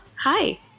Hi